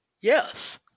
Yes